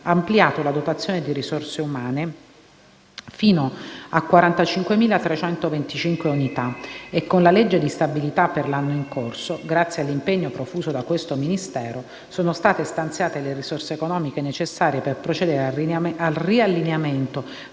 ampliato la dotazione di risorse umane fino a 45.325 unità e - con la legge di stabilità per l'anno in corso, grazie all'impegno profuso da questo Ministero, sono state stanziate le risorse economiche necessarie per procedere al riallineamento